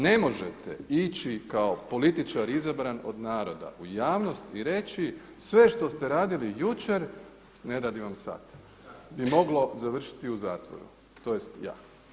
Ne možete ići kao političar izabran od naroda u javnost i reći sve što ste radili jučer ne radi vam sad bi moglo završiti u zatvoru, tj. ja.